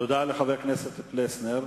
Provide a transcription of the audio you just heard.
תודה לחבר הכנסת פלסנר.